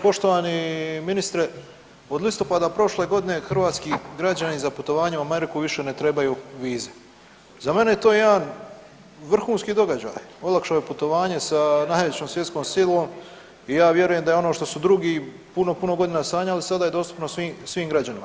Poštovani ministre, od listopada prošle godine hrvatski građani za putovanje u Ameriku više ne trebaju vize, za mene je to jedan vrhunski događaj, olakšali putovanje sa najvećom svjetskom silom i ja vjerujem da ono što su drugi puno, puno godina sanjali sada je dostupno svim, svim građanima.